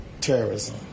terrorism